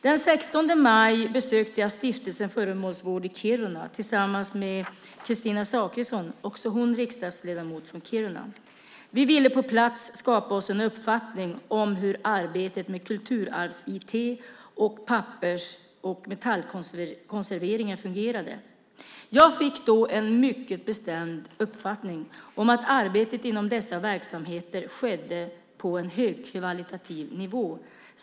Den 16 maj besökte jag Stiftelsen Föremålsvård i Kiruna tillsammans med Kristina Zachrisson, också hon riksdagsledamot från Kiruna. Vi ville på plats skapa oss en uppfattning om hur arbetet med Kulturarvs-IT och pappers och metallkonservering fungerade. Jag fick då den mycket bestämda uppfattningen att arbetet inom dessa verksamheter skedde på en högkvalitativ nivå.